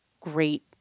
great